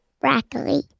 broccoli